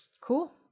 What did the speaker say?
Cool